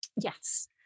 Yes